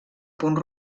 punt